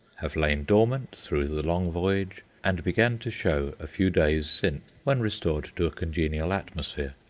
have lain dormant through the long voyage, and began to show a few days since when restored to a congenial atmosphere.